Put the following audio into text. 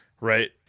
Right